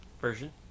version